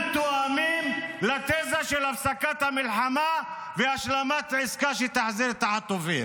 תואמים לתזה של הפסקת המלחמה והשלמת עסקה שתחזיר את החטופים.